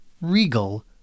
Regal